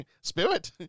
Spirit